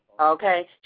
Okay